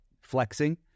flexing